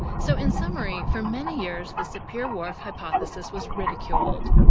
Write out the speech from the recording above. so, in summary, for many years the sapir-whorf hypothesis was ridiculed,